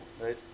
right